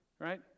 right